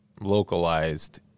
localized